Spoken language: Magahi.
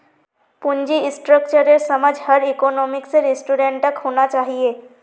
पूंजी स्ट्रक्चरेर समझ हर इकोनॉमिक्सेर स्टूडेंटक होना चाहिए